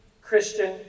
Christian